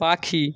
পাখি